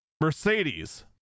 Mercedes